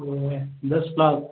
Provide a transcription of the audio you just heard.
वह है दस लाख